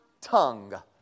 tongue